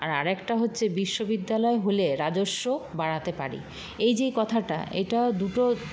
আর আরেকটা হচ্ছে বিশ্ববিদ্যালয় হলে রাজস্ব বাড়াতে পারে এই যে এই কথাটা এইটা দুটো